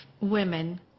women